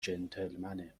جنتلمنه